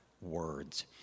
words